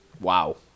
Wow